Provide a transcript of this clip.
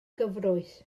gyfrwys